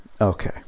Okay